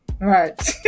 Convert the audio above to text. Right